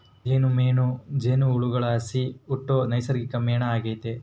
ಜೇನುಮೇಣ ಜೇನುಹುಳುಗುಳ್ಲಾಸಿ ಹುಟ್ಟೋ ನೈಸರ್ಗಿಕ ಮೇಣ ಆಗೆತೆ